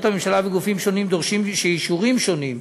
הממשלה וגופים שונים דורשים שאישורים שונים,